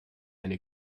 eine